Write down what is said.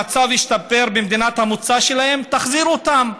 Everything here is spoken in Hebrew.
המצב ישתפר במדינת המוצא שלהם, תחזיר אותם.